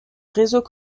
réseaux